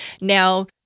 now